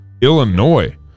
Illinois